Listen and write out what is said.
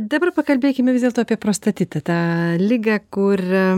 dabar pakalbėkime vis dėlto apie prostatitą tą ligą kur